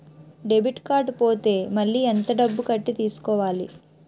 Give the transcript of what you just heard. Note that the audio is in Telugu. డెబిట్ కార్డ్ పోతే మళ్ళీ ఎంత డబ్బు కట్టి తీసుకోవాలి?